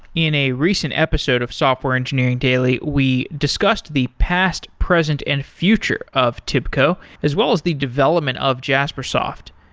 in a recent episode of software engineering daily, we discussed the past, present and future of tibco as well as the development of jaspersoft.